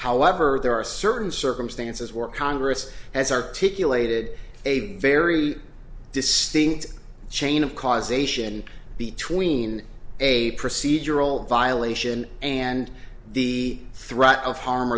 however there are certain circumstances where congress has articulated a very distinct chain of causation between a procedural violation and the threat of harm